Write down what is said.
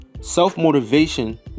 self-motivation